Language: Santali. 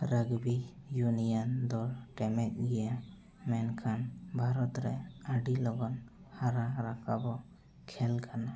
ᱨᱟᱜᱽᱵᱤ ᱤᱭᱩᱱᱤᱭᱚᱱ ᱫᱚ ᱴᱮᱢᱮᱡ ᱜᱮᱭᱟ ᱢᱮᱱᱠᱷᱟᱱ ᱵᱷᱟᱨᱚᱛᱨᱮ ᱟᱹᱰᱤ ᱞᱚᱜᱚᱱ ᱦᱟᱨᱟ ᱨᱟᱠᱟᱵᱚ ᱠᱷᱮᱞ ᱠᱟᱱᱟ